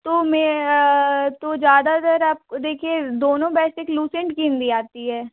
तो मैं तो ज़्यादातर आप देखिए दोनों बेस्ट एक लुसेंट की हिन्दी आती है